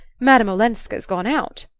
madame olenska's gone out.